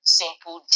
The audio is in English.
simple